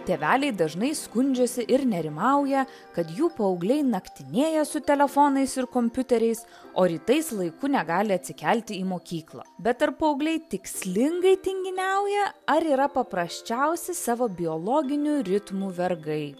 tėveliai dažnai skundžiasi ir nerimauja kad jų paaugliai naktinėja su telefonais ir kompiuteriais o rytais laiku negali atsikelti į mokyklą bet ar paaugliai tikslingai tinginiauja ar yra paprasčiausi savo biologinių ritmų vergai